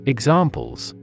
Examples